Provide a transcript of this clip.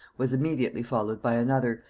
was immediately followed by another,